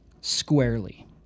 squarely